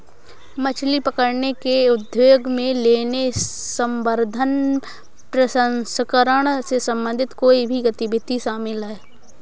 मछली पकड़ने के उद्योग में लेने, संवर्धन, प्रसंस्करण से संबंधित कोई भी गतिविधि शामिल है